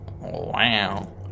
Wow